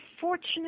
fortunate